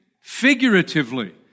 figuratively